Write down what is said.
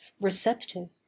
receptive